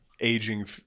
aging